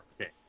okay